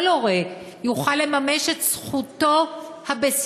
כל הורה יוכל לממש את זכותו הבסיסית,